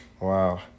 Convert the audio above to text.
Wow